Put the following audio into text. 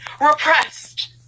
repressed